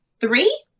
three